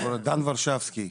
דן ורשבסקי.